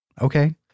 okay